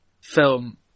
film